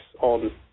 on